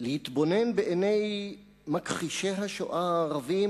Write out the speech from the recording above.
להתבונן בעיני מכחישי השואה הערבים